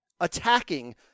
attacking